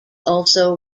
also